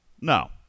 No